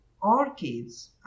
Orchids